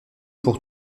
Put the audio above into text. pour